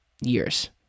years